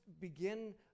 begin